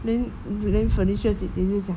then then felicia 姐姐就讲